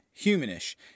humanish